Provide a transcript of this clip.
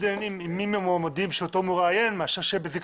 עניינים עם מי מהמועמדים שאותו הוא מראיין מאשר שיהיה בזיקה